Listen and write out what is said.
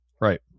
Right